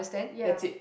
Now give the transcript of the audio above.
ya